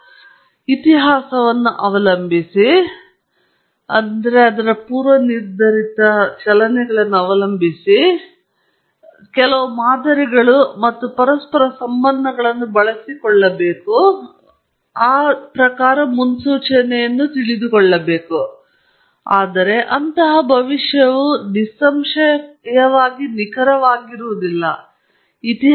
ನಾನು ಇತಿಹಾಸವನ್ನು ಅವಲಂಬಿಸಿ ಮತ್ತು ಇತಿಹಾಸವು ಅದರಲ್ಲಿ ಕೆಲವು ಖ್ಯಾತಿಯನ್ನು ಹೊಂದಿದೆ ಎಂದು ಭಾವಿಸುತ್ತೇನೆ ಮತ್ತು ನಾನು ಐತಿಹಾಸಿಕ ಮಾದರಿಗಳು ಮತ್ತು ಪರಸ್ಪರ ಸಂಬಂಧಗಳನ್ನು ಬಳಸಿಕೊಳ್ಳುತ್ತಿದ್ದೇನೆ ಮತ್ತು ಮುನ್ಸೂಚನೆಯನ್ನು ಮಾಡುತ್ತೇನೆ ಆದರೆ ಆ ಭವಿಷ್ಯವು ನಿಸ್ಸಂಶಯವಾಗಿ ನಿಖರವಾಗಿಲ್ಲ